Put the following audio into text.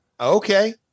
okay